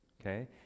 Okay